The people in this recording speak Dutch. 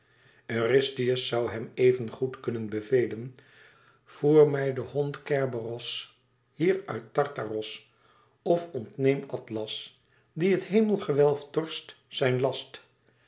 eurystheus zoû hem even goed kunnen bevelen voer mij den hond kerberos hier uit tartaros of ontneem atlas die het hemelgewelf torst zijn last